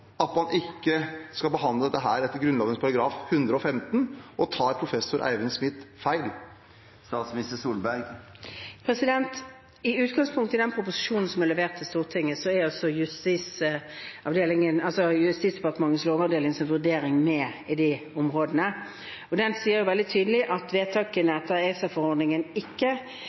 at man ikke skal behandle dette etter Grunnloven § 115, og tar professor Eivind Smith feil? I utgangspunktet i den proposisjonen som er levert til Stortinget, er Justis- og beredskapsdepartementets lovavdelings vurdering med i de områdene, og den sier veldig tydelig at vedtakene etter ACER-forordningen ikke